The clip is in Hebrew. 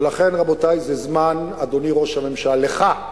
ולכן, רבותי, זה זמן, אדוני ראש הממשלה, לך: